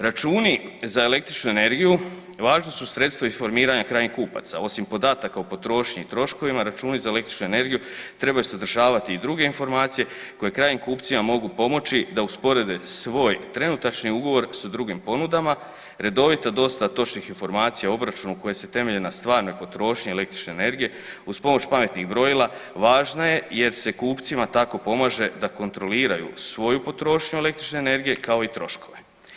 Računi za električnu energiju važno su sredstvo informiranja krajnjih kupaca, osim podataka o potrošnji i troškovima računi za električnu energiju trebaju sadržavati i druge informacije koje krajnjim kupcima mogu pomoći da usporede svoj trenutačni ugovor s drugim ponudama, redovita dostava točnih informacija o obračunu koje se temelje na stvarnoj potrošnji električne energije uz pomoć pametnih brojila važna je jer se kupcima tako pomaže da kontroliraju svoju potrošnju električne energije kao i troškove.